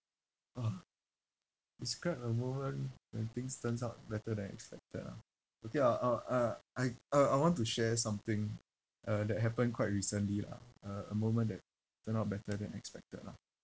ah describe a moment when things turns out better than expected ah okay I'll I'll uh I uh I want to share something uh that happened quite recently lah a a moment that turned out better than expected lah